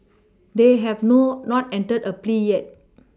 they have nor not entered a plea yet